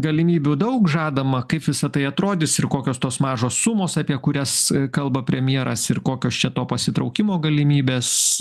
galimybių daug žadama kaip visa tai atrodys ir kokios tos mažos sumos apie kurias kalba premjeras ir kokios čia to pasitraukimo galimybės